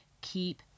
Keep